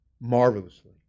marvelously